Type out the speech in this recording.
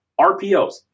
RPOs